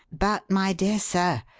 but, my dear sir,